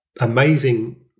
amazing